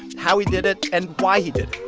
how he did it and why he did